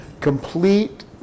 Complete